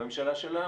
בממשלה של היום,